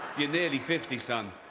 you're nearly fifty, son.